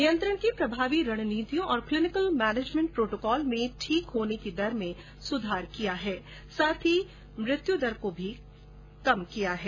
नियंत्रण की प्रभावी रणनीतियों और क्लिनिकल मैनेजमेंट प्रोटोकॉल में ठीक होने की दर में सुधार किया है साथ ही मृत्यु दर को भी कम किया है